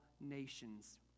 nations